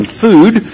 food